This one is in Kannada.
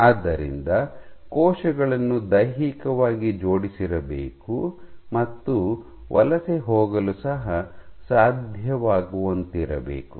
ಆದ್ದರಿಂದ ಕೋಶಗಳನ್ನು ದೈಹಿಕವಾಗಿ ಜೋಡಿಸಿರಬೇಕು ಮತ್ತು ವಲಸೆ ಹೋಗಲು ಸಹ ಸಾಧ್ಯವಾಗುವಂತಿರಬೇಕು